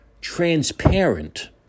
transparent